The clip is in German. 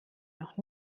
noch